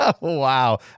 Wow